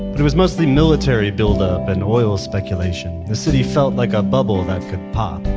but it was mostly military buildup and oil speculation. the city felt like a bubble that could pop.